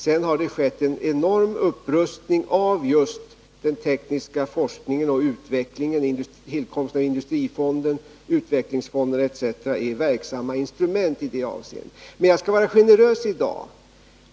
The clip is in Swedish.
Sedan har det skett en enorm upprustning av just den tekniska forskningen och utvecklingen. Industrifonden och utvecklingsfonden är verksamma instrument i detta avseende. Jag skall vara generös i dag.